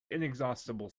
inexhaustible